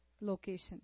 location